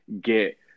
get